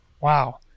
Wow